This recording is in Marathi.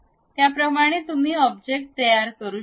याप्रमाणे तुम्ही आब्जेक्ट तयार करू शकता